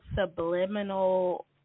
subliminal